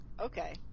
Okay